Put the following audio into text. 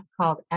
called